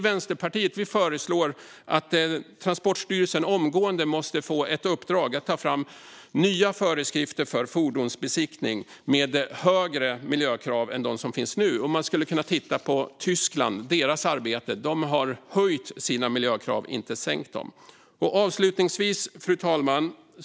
Vänsterpartiet föreslår att Transportstyrelsen omgående måste få i uppdrag att ta fram nya föreskrifter för fordonsbesiktning med högre miljökrav än de som finns nu. Man skulle kunna titta på Tyskland och det arbete de har gjort. De har höjt sina miljökrav, inte sänkt dem. Fru talman!